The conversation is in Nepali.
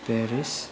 पेरिस